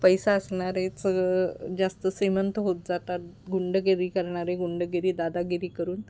पैसा असणारेच जास्त श्रीमंत होत जातात गुंडगिरी करणारे गुंडगिरी दादागिरी करून